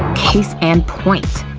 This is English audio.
case and point!